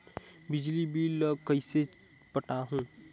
बिजली बिल ल कइसे पटाहूं?